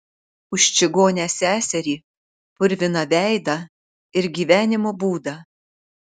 už čigonę seserį purviną veidą ir gyvenimo būdą